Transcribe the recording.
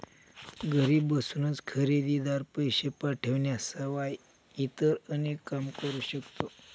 घरी बसूनच खरेदीदार, पैसे पाठवण्याशिवाय इतर अनेक काम करू शकतो